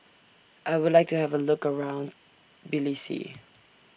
I Would like to Have A Look around